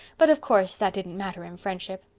but of course that didn't matter in friendship!